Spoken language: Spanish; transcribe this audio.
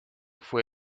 fue